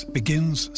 begins